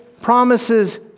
promises